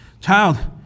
Child